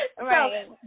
Right